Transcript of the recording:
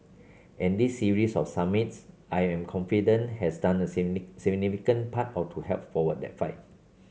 and this series of summits I am confident has done a significant part how to help for what they fight